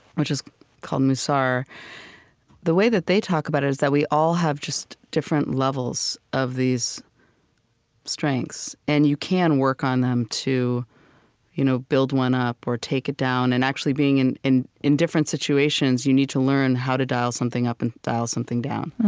which is called mussar the way that they talk about it is that we all have just different levels of these strengths. and you can work on them, to you know build one up, or take it down. and actually, being in in different situations, you need to learn how to dial something up and dial something down.